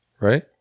right